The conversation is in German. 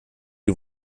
die